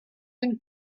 une